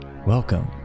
welcome